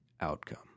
outcome